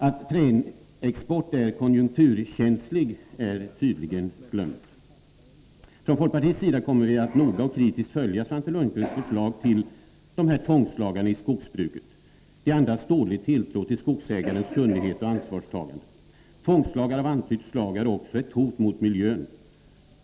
Att träexporten är konjunkturkänslig är tydligen glömt. Från folkpartiets sida kommer vi att noga och kritiskt följa Svante Lundkvists förslag om de här tvångslagarna i skogsbruket. De andas dålig tilltro till skogsägarens kunnighet och ansvarstagande. Tvångslagar av antytt slag är också ett hot mot miljön.